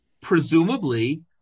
Presumably